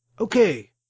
okay